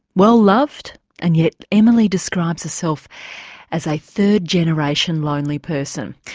well-loved and yet emily describes herself as a third-generation lonely person.